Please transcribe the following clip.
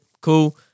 Cool